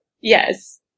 Yes